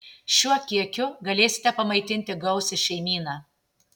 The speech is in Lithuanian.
šiuo kiekiu galėsite pamaitinti gausią šeimyną